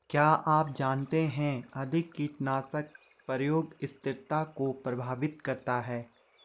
क्या आप जानते है अधिक कीटनाशक प्रयोग स्थिरता को प्रभावित करता है?